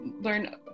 learn